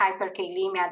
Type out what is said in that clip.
hyperkalemia